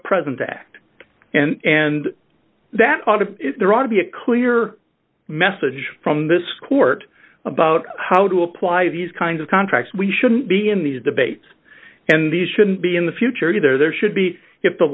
present to act and and that part of it there ought to be a clear message from this court about how to apply these kinds of contracts we shouldn't be in these debates and these shouldn't be in the future either there should be if the